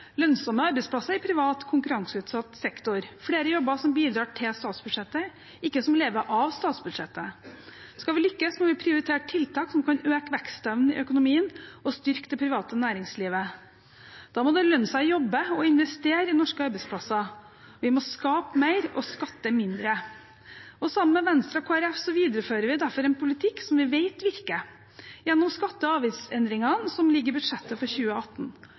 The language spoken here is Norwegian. lønnsomme arbeidsplasser i privat konkurranseutsatt sektor – flere jobber som bidrar til statsbudsjettet, ikke som lever av statsbudsjettet. Skal vi lykkes, må vi prioritere tiltak som kan øke vekstevnen i økonomien og styrke det private næringslivet. Da må det lønne seg å jobbe og investere i norske arbeidsplasser. Vi må skape mer og skatte mindre. Sammen med Venstre og Kristelig Folkeparti viderefører vi derfor en politikk som vi vet virker, gjennom skatte- og avgiftsendringene som ligger i budsjettet for 2018.